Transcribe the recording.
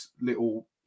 little